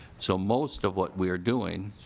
so most of what we are doing